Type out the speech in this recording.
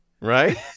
Right